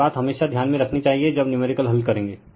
यह बात हमेशा ध्यान में रखनी चाहिए जब नुमेरिकल हल करेंगे